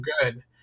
good